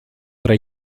tra